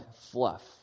fluff